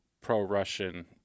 pro-Russian